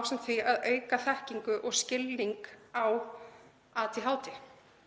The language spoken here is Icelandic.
ásamt því að auka þekkingu og skilning á ADHD.